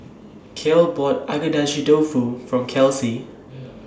Cale bought Agedashi Dofu For Kelsey